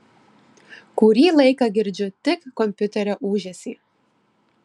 kurį laiką girdžiu tik kompiuterio ūžesį